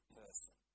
person